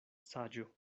saĝo